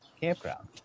campground